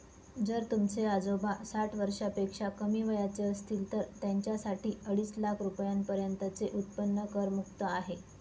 जर तुमचे आजोबा साठ वर्षापेक्षा कमी वयाचे असतील तर त्यांच्यासाठी अडीच लाख रुपयांपर्यंतचे उत्पन्न करमुक्त आहे